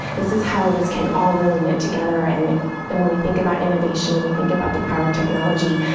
this is how this can all really knit together. and and when we think about innovation, we think about the power of technology,